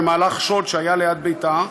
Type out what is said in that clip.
במהלך שוד שהיה ליד ביתה,